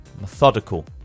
methodical